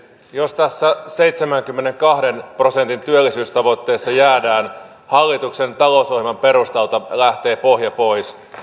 jos tästä seitsemänkymmenenkahden prosentin työllisyystavoitteesta jäädään hallituksen talousohjelman perustalta lähtee pohja pois